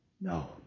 No